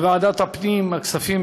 בוועדה המשותפת של ועדת הפנים וועדת הכספים.